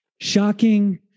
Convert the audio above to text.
shocking